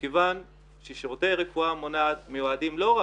מהגלגול הקודם שלי כראש רשות וכמי שטיפל בנווה